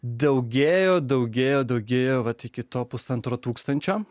daugėjo daugėjo daugėjo vat iki tol pusantro tūkstančio